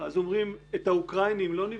אומרים שאת האוקראינים לא נבדוק?